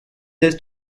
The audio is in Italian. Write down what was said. del